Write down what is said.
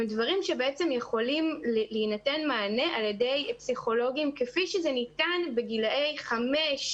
הם דברים שהמענה יכול להינתן על ידי פסיכולוגים כפי שזה ניתן בגילי חמש,